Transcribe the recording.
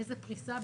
באיזה פריסה,